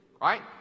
right